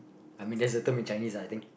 I mean that's a term in Chinese ah I think